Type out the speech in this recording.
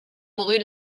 mourut